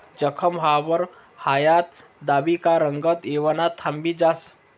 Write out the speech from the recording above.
जखम व्हवावर हायद दाबी का रंगत येवानं थांबी जास